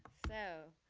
so.